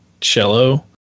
cello